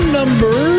number